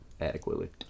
Adequately